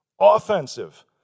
Offensive